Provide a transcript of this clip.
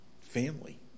family